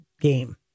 game